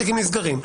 ונסגרים.